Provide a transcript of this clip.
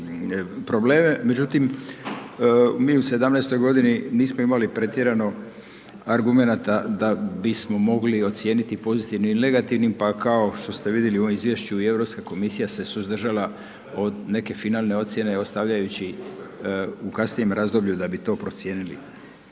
međutim mi u 2017. g. nismo imali pretjerano argumenata da bismo mogli ocijeniti pozitivni ili negativni pa kao što ste vidjeli u ovom izvješću, i Europska komisija se suzdržala od neke finalne ocjene ostavljajući u kasnije razdoblju da bi to procijenili.